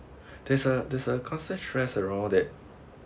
there a there a constant stress around that